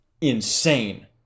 insane